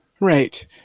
Right